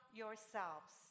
yourselves